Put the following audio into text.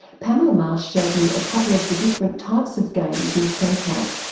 pamela marsh showed me a couple of the different types of games in so cog.